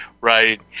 Right